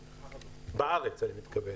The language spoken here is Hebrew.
בארץ אני מתכוון,